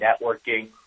networking